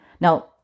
Now